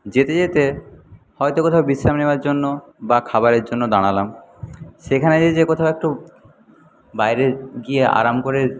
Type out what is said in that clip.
যেতে যেতে হয়তো কোথাও বিশ্রাম নেওয়ার জন্য বা খাবারের জন্য দাঁড়ালাম সেখানে যে কোথাও একটু বাইরে গিয়ে আরাম করে